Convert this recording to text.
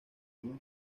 unos